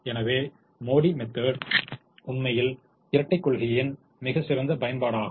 எனவே MODI method உண்மையில் இரட்டைக் கொள்கையின் மிகச் சிறந்த பயன்பாடாகும்